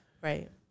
Right